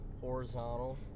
horizontal